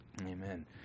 Amen